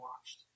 watched